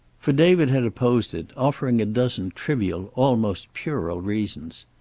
for david had opposed it, offering a dozen trivial, almost puerile reasons.